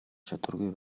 чадваргүй